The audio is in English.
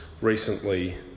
recently